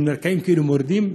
שנקראים כאילו מורדים,